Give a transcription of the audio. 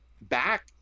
back